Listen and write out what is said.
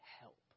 help